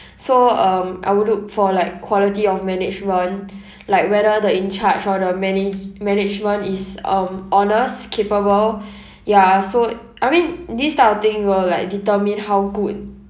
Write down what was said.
so um I would look for like quality of management like whether the in charge or the mana~ management is um honest capable ya so I mean this type of thing will like determine how good